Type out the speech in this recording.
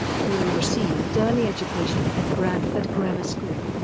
healey received early education at bradford grammar school.